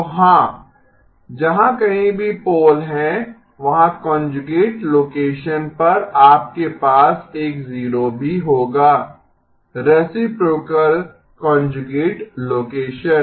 तो हाँ जहाँ कहीं भी पोल है वहाँ कांजुगेट लोकेशन पर आप के पास एक 0 भी होगा रेसीप्रोकल कांजुगेट लोकेशन